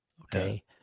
Okay